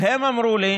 הם אמרו לי: